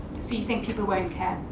so you think people won't care?